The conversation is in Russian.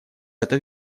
это